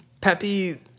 Pepe